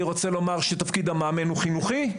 אני רוצה לומר שתפקיד המאמן הוא חינוכי,